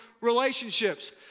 relationships